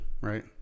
right